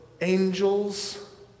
angels